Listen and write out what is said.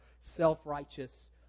self-righteous